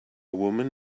woman